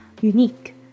unique